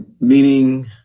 Meaning